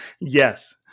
yes